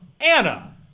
Anna